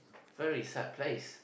very sad place